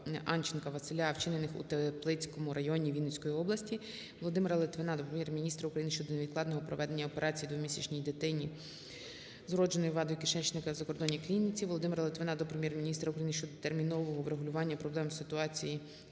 Володимира Литвина до Прем'єр-міністра України щодо невідкладного проведення операції двомісячній дитині з вродженою вадою кишечника в закордонній клініці. Володимира Литвина до Прем'єр-міністра України щодо термінового врегулювання проблемної ситуації